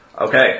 Okay